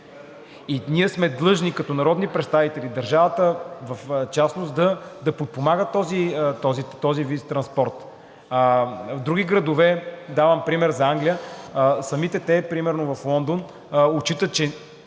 Ние сме длъжни като народни представители, държавата в частност, да подпомага този вид транспорт. В други градове – давам пример с Англия, самите те в Лондон отчитат, че